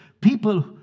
People